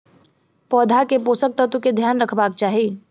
पौधा के पोषक तत्व के ध्यान रखवाक चाही